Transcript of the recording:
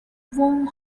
warm